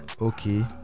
Okay